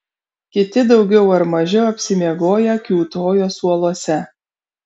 kiti daugiau ar mažiau apsimiegoję kiūtojo suoluose